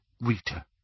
Rita